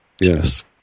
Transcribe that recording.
yes